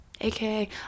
AKA